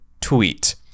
tweet